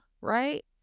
right